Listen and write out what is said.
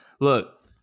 Look